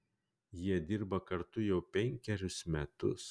jie dirba kartu jau penkerius metus